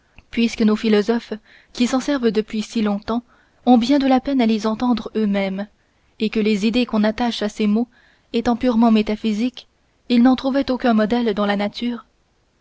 puisque nos philosophes qui s'en servent depuis si longtemps ont bien de la peine à les entendre eux-mêmes et que les idées qu'on attache à ces mots étant purement métaphysiques ils n'en trouvaient aucun modèle dans la nature